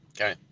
okay